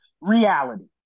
reality